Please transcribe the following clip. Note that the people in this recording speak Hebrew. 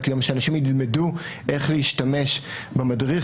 אלא שאנשים ילמדו איך להשתמש במדריך